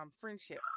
friendship